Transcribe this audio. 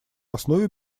основе